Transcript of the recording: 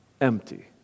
empty